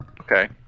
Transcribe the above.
Okay